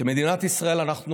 כמדינת ישראל אנחנו